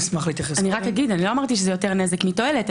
אני רק אגיד שלא אמרתי שזה יותר נזק מתועלת,